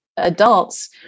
adults